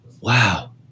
Wow